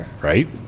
right